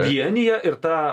vienija ir tą